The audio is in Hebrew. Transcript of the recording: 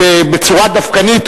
בצורה דווקנית,